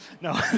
no